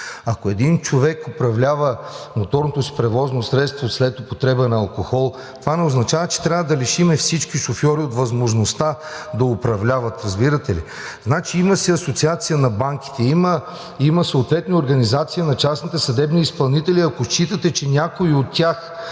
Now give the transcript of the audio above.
Ако един човек управлява моторното си превозно средство след употреба на алкохол, това не означава, че трябва да лишим всички шофьори от възможността да управляват. Разбирате ли? Има си Асоциация на банките, има съответна организация на частните съдебни изпълнители – ако считате, че някой от тях